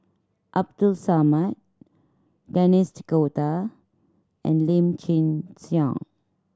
Abdul Samad Denis D'Cotta and Lim Chin Siong